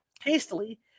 Hastily